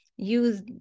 use